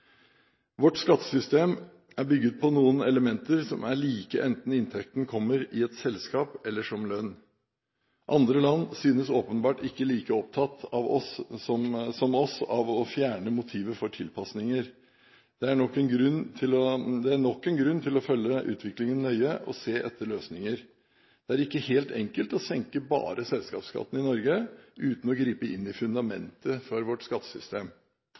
Vårt skattesystem er bygget på noen elementer som er like enten inntekten kommer i et selskap, eller som lønn. Andre land synes åpenbart ikke like opptatt som oss av å fjerne motivet for tilpasninger. Det er nok en grunn til å følge utviklingen nøye og se etter løsninger. Det er ikke helt enkelt å senke bare selskapsskatten i Norge uten å gripe inn i fundamentet for vårt skattesystem.